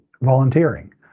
volunteering